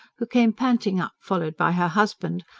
who came panting up followed by her husband,